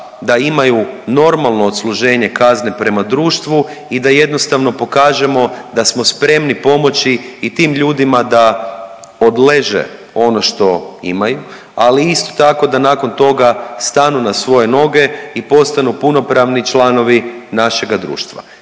da imaju normalno odsluženje kazne prema društvu i da jednostavno pokažemo da smo spremni pomoći i tim ljudima da odleže ono što imaju, ali isto tako da nakon toga stanu na svoje noge i postanu punopravni članovi našega društva.